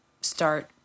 start